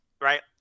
right